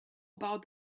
about